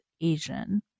Asian